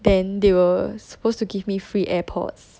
then they were supposed to give me free airpods